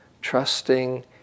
Trusting